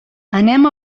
anem